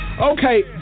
Okay